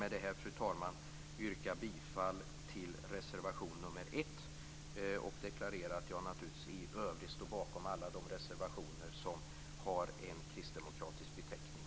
Med det anförda vill jag yrka bifall till reservation nr 1. Jag deklarerar också att jag i övrigt naturligtvis står bakom alla de reservationer som har en kristdemokratisk beteckning.